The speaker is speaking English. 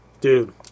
Dude